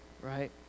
right